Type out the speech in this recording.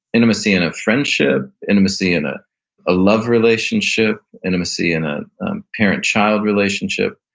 intimacy in a friendship, intimacy in a a love relationship, intimacy in a parent-child relationship.